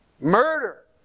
Murder